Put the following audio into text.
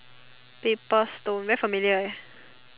paper stone very familiar eh